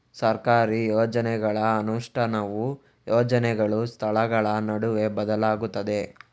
ಸರ್ಕಾರಿ ಯೋಜನೆಗಳ ಅನುಷ್ಠಾನವು ಯೋಜನೆಗಳು, ಸ್ಥಳಗಳ ನಡುವೆ ಬದಲಾಗುತ್ತದೆ